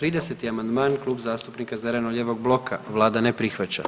30. amandman Klub zastupnika zeleno-lijevog bloka, Vlada ne prihvaća.